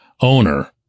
owner